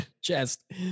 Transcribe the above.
chest